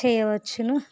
చేయవచ్చును